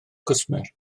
cwsmer